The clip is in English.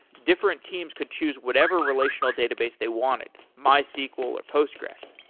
different teams could choose whatever relational database they wanted mysql or postgresql.